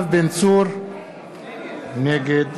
נגד